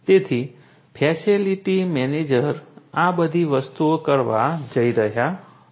તેથી facility manager આ બધી વસ્તુઓ કરવા જઈ રહ્યા છે